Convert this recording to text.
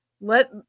let